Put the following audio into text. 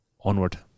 onward